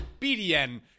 BDN